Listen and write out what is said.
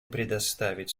предоставить